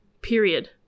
period